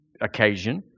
occasion